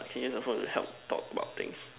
can use the phone to help talk about things